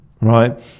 right